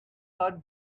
heart